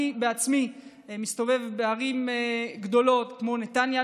אני בעצמי מסתובב בערים גדולות כמו נתניה,